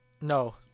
No